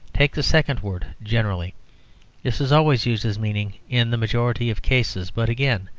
take the second word, generally. this is always used as meaning in the majority of cases. but, again,